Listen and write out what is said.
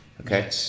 Okay